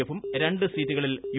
എഫും രണ്ട് സീറ്റുകളിൽ യു